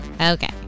Okay